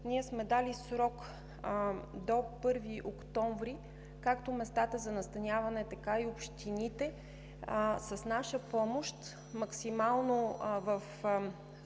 ние сме дали срок до 1 октомври както на местата за настаняване, така и на общините с наша помощ, максимално, в